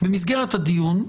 במסגרת הדיון,